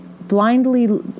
blindly